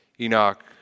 Enoch